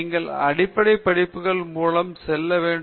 நீங்கள் அடிப்படை படிப்புகள் மூலம் செல்ல வேண்டும்